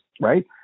right